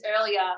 earlier